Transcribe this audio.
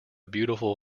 beautiful